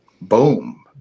Boom